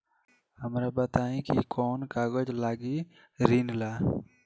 हमरा बताई कि कौन कागज लागी ऋण ला?